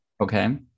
Okay